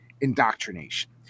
indoctrination